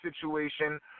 situation